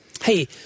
Hey